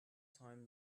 time